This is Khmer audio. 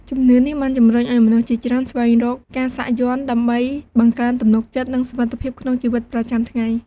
ជំនឿនេះបានជំរុញឱ្យមនុស្សជាច្រើនស្វែងរកការសាក់យ័ន្តដើម្បីបង្កើនទំនុកចិត្ត និងសុវត្ថិភាពក្នុងជីវិតប្រចាំថ្ងៃ។